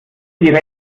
die